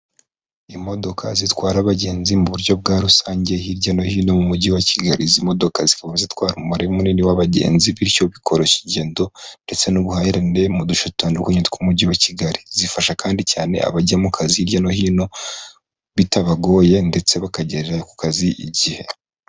Imodoka zitwara abagenzi mu buryo bwa rusange hirya no hino mu mujyi wa Kigali. Izi modoka zikaba zitwara umubare munini w'abagenzi, bityo bikoroshya ingendo ndetse n'ubuhahirane mu duce dutandukanye tw'umujyi wa Kigali. Zifasha kandi cyane abajya mu kazi hirya no hino bitabagoye ndetse bakagerera ku kazi igihe.